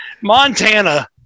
Montana